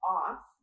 off